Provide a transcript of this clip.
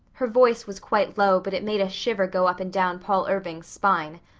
her voice was quite low but it made a shiver go up and down paul irving's spine.